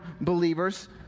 believers